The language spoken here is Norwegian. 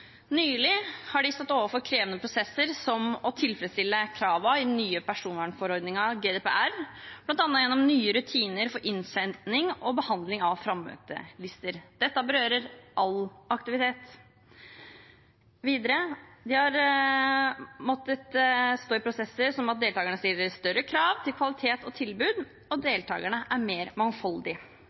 Nylig har de stått overfor krevende prosesser som å tilfredsstille kravene i den nye personvernforordningen, GDPR, bl.a. gjennom nye rutiner for innsending og behandling av frammøtelister. Dette berører all aktivitet. Videre har de måttet stå i prosesser som at deltakerne stiller større krav til kvalitet og tilbud, og at deltakerne er mer